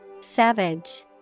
Savage